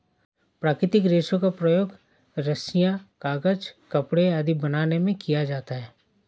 प्राकृतिक रेशों का प्रयोग रस्सियॉँ, कागज़, कपड़े आदि बनाने में किया जाता है